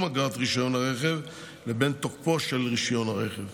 אגרת רישיון הרכב לבין תוקפו של רישיון הרכב